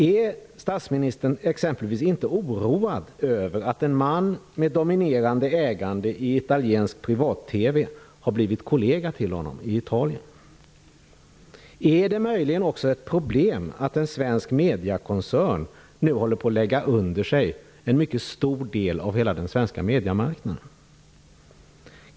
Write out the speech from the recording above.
Är statsministern exempelvis inte oroad över att en man med dominerande ägande i italiensk privat-TV har blivit kollega till honom i Italien? Är det möjligen ett problem att en svensk mediekoncern håller på att lägga under sig en mycket stor del av den svenska mediemarknaden?